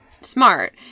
smart